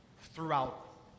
throughout